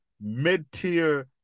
mid-tier